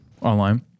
Online